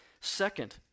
Second